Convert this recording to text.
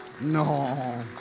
No